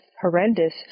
horrendous